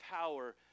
power